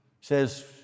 says